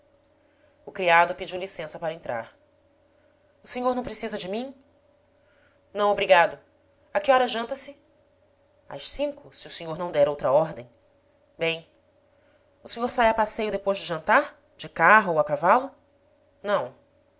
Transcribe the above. o criado pediu licença para entrar o senhor não precisa de mim não obrigado a que horas janta-se às cinco se o senhor não der outra ordem bem o senhor sai a passeio depois de jantar de carro ou a cavalo não